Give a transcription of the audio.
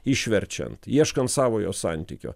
išverčiant ieškant savojo santykio